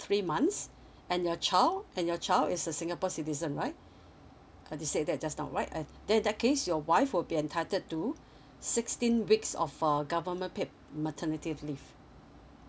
three months and your child and your child is a singapore citizen right uh you said that just now right and then in that case your wife will be entitled to sixteen weeks off a government paid maternity leave